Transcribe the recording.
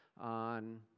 on